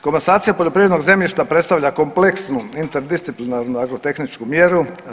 Komasacija poljoprivrednog zemljišta predstavlja kompleksnu interdisciplinarnu agrotehničku mjeru.